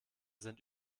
sind